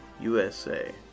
USA